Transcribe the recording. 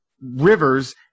rivers